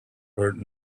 heard